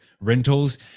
rentals